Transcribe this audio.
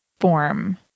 form